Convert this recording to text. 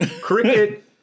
cricket